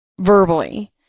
verbally